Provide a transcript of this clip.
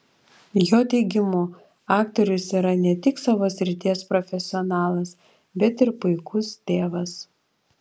jo teigimu aktorius yra ne tik savo srities profesionalas bet ir puikus tėvas